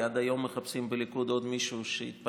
כי עד היום מחפשים בליכוד עוד מישהו שיתפטר,